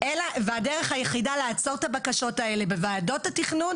והדרך היחידה לעצור את הבקשות האלה בוועדות התכנון,